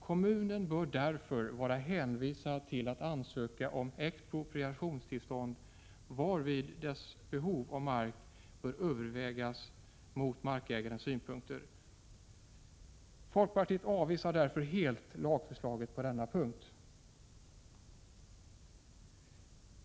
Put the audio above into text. Kommunen bör därför vara hänvisad till att ansöka om expropriationstillstånd, varvid dess behov av marken bör vägas mot markägarens synpunkter. Folkpartiet avvisar därför helt lagförslaget på denna punkt.